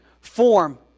form